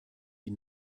die